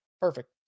Perfect